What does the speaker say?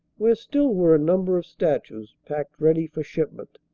where still were a number of statues packed ready for shipment.